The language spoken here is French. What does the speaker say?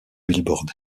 billboard